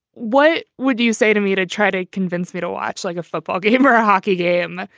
what would you say to me to try to convince me to watch like a football game or a hockey game?